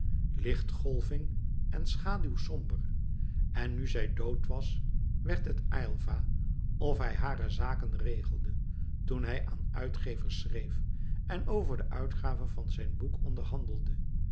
lichtgolving en schaduwsomber en nu zij dood was werd het aylva of hij hare zaken regelde toen hij aan uitgevers schreef en over de uitgave van zijn boek onderhandelde